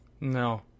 No